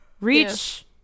Reach